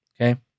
okay